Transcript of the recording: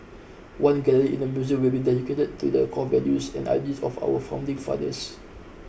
one gallery in the museum will be dedicated to the core values and ideals of our founding fathers